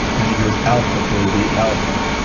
and he goes, alpha baby, alpha.